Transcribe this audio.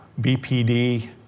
BPD